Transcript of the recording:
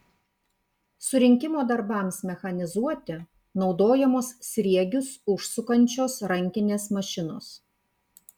surinkimo darbams mechanizuoti naudojamos sriegius užsukančios rankinės mašinos